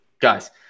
guys